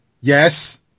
Yes